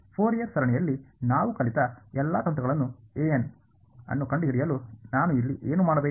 Fourier ಸರಣಿಯಲ್ಲಿ ನಾವು ಕಲಿತ ಎಲ್ಲಾ ತಂತ್ರಗಳನ್ನು ಅನ್ನು ಕಂಡುಹಿಡಿಯಲು ನಾನು ಇಲ್ಲಿ ಏನು ಮಾಡಬೇಕು